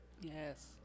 Yes